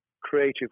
creative